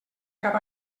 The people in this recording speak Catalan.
cap